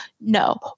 No